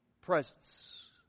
presence